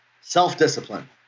self-discipline